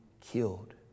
killed